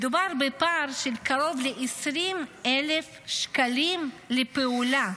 מדובר בפער של קרוב ל-20,000 שקלים לפעולה.